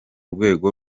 rwego